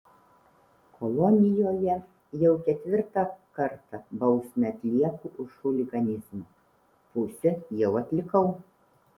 kolonijoje jau ketvirtą kartą bausmę atlieku už chuliganizmą pusę jau atlikau